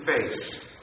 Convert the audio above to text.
face